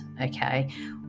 okay